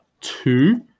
two